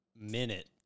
minute